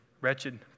wretched